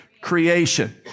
creation